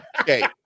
okay